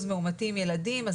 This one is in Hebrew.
יש רשות שיש בה 2% מאומתים ילדים אז